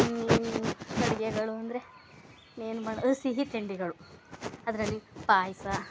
ಅಡುಗೆಗಳು ಅಂದರೆ ಇನ್ನೇನು ಮಾಡೋದು ಸಿಹಿತಿಂಡಿಗಳು ಅದರಲ್ಲಿ ಪಾಯಸ